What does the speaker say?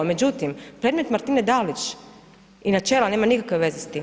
Međutim, predmet Martine Dalić i načela nema nikakve veze s tim.